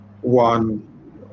one